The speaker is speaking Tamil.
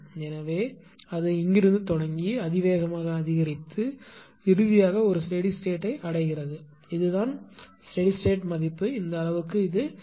எனவே அது இங்கிருந்து தொடங்கி அதிவேகமாக அதிகரித்து இறுதியாக ஒரு ஸ்டெடி ஸ்டேட்யை அடைகிறது இதுதான் ஸ்டெடி ஸ்டேட் மதிப்பு இந்த அளவுக்கு இது 0